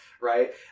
Right